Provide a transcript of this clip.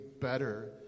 better